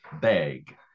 bag